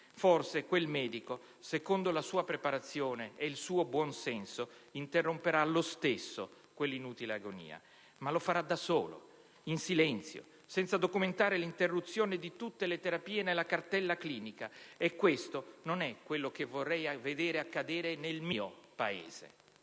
Forse quel medico, secondo la sua preparazione e il suo buon senso, interromperà lo stesso quell'inutile agonia, ma lo farà da solo, in silenzio, senza documentare l'interruzione di tutte le terapie nella cartella clinica. E questo non è quello che vorrei vedere accadere nel mio Paese.